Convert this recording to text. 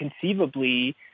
conceivably